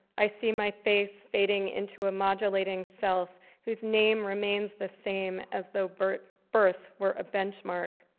i see my face fading into a modulating self whose name remains the same as though birth birth were a benchmark.